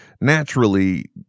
naturally